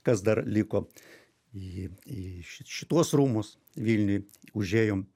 kas dar liko į į ši šituos rūmus vilniuj užėjom